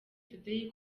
today